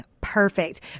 perfect